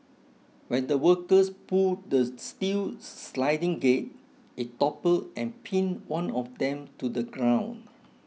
when the workers pulled the steel sliding gate it toppled and pinned one of them to the ground